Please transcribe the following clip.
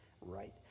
right